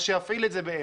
אז שיפעיל את זה באמצע.